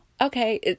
okay